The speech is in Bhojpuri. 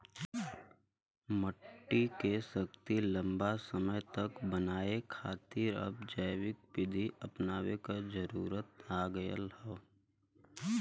मट्टी के शक्ति लंबा समय तक बनाये खातिर अब जैविक विधि अपनावे क जरुरत आ गयल हौ